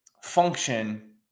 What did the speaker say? function